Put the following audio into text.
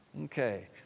Okay